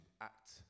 act